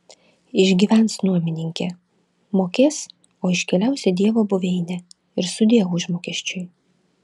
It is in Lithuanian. išgyvens nuomininkė mokės o iškeliaus į dievo buveinę ir sudieu užmokesčiui